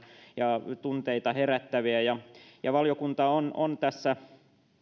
ja tunteita herättäviä ja ja valiokunta on on tässä